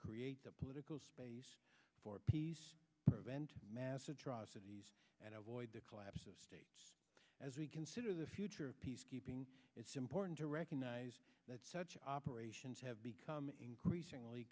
create the political space for peace prevent mass atrocities and avoid the collapse of states as we consider the future of peacekeeping it's important to recognize that such operations have become increasingly